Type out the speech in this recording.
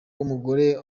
w’umugore